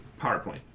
PowerPoint